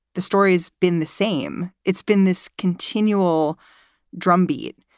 the story's been the same. it's been this continual drumbeat.